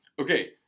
okay